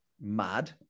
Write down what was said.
mad